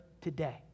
today